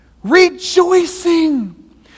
Rejoicing